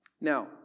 Now